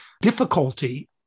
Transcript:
difficulty